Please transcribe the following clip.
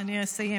אני אסיים.